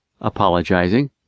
apologizing